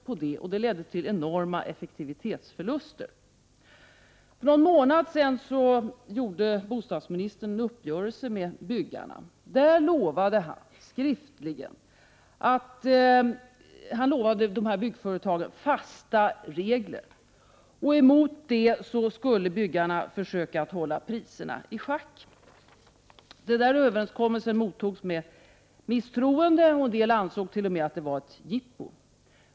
Effektivitetsförlusterna blev enorma. För någon månad sedan träffade bostadsministern en uppgörelse med byggarna. Bostadsministern lovade skriftligen byggföretagen fasta regler. I gengäld skulle byggarna försöka hålla byggkostnaderna i schack. Överenskommelsen mottogs med misstroende. En del ansåg t.o.m. att det hela var ett jippo.